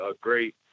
great